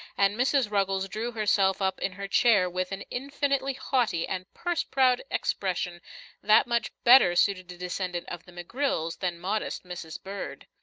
and mrs. ruggles drew herself up in her chair with an infinitely haughty and purse-proud expression that much better suited a descendant of the mcgrills than modest mrs. bird.